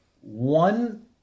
one